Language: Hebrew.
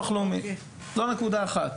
זו נקודה אחת.